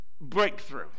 breakthrough